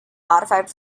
modified